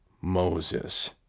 Moses